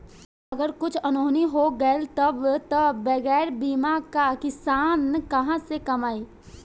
अगर कुछु अनहोनी हो गइल तब तअ बगैर बीमा कअ किसान कहां से कमाई